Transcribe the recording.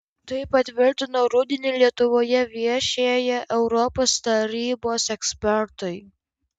tai patvirtino rudenį lietuvoje viešėję europos tarybos ekspertai